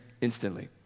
instantly